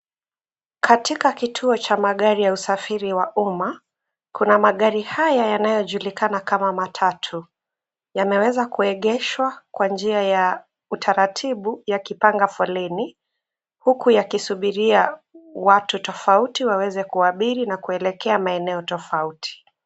Katika kituo cha magari ya usafiri wa umma kuna magari haya yanayojulikana kama matatu. Yameweza kuegeshwa kwa njia ya utaratibu yakipanga foleni huku yakisubiria watu tofauti waweze kuabiri na kuelekea maeneo tofauti.